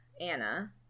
Anna